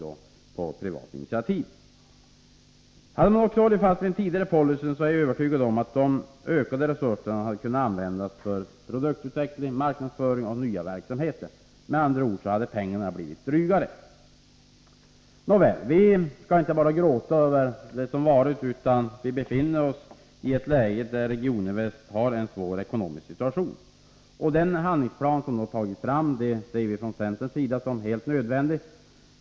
Hade man hållit fast vid den tidigare policyn är jag övertygad om att de ökade resurserna hade kunnat användas för produktutveckling och marknadsföring av nya verksamheter. Pengarna hade med andra ord blivit drygare. Nåväl, vi skall inte bara gråta över det som varit, utan vi befinner oss i ett läge där Regioninvest har en svår ekonomisk situation. Den handlingsplan som tagits fram ser vi från centerns sida som helt nödvändig.